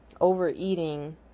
Overeating